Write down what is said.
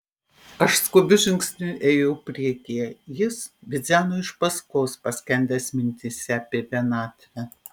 aš skubiu žingsniu ėjau priekyje jis bidzeno iš paskos paskendęs mintyse apie vienatvę